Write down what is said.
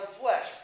flesh